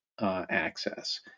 access